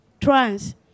trans